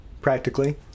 practically